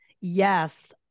Yes